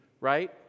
Right